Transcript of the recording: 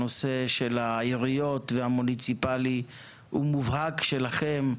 נושא העיריות והנושא המוניציפלי הוא במובהק עניין שלכם.